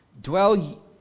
dwell